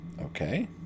Okay